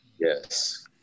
Yes